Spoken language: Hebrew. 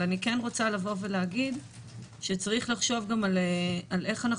אבל אני כן רוצה להגיד שצריך לחשוב על איך אנחנו